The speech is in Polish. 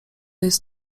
jest